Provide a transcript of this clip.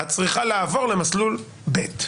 את צריכה לעבור למסלול ב',